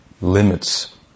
limits